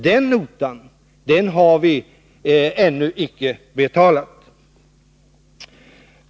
Den notan har vi ännu icke betalat.